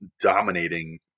dominating